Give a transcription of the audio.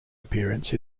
appearance